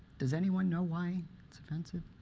does anyone know why it's offensive?